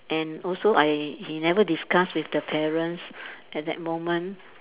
and also I he never discuss with the parents at that moment